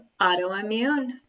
autoimmune